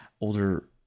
older